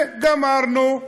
וגמרנו.